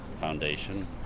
foundation